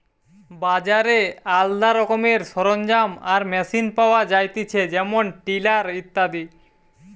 বাজারে আলদা রকমের সরঞ্জাম আর মেশিন পাওয়া যায়তিছে যেমন টিলার ইত্যাদি